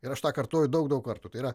ir aš tą kartoju daug daug kartų tai yra